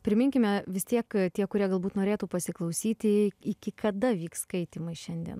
priminkime vis tiek tie kurie galbūt norėtų pasiklausyti iki kada vyks skaitymai šiandien